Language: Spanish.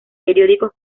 periódicos